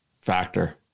factor